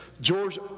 George